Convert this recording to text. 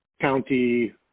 county